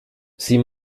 sie